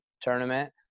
tournament